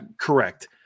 correct